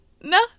no